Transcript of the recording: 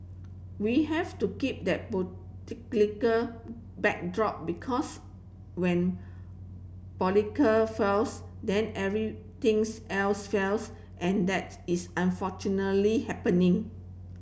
we have to keep that backdrop because when politic fails then everything's else fails and that is unfortunately happening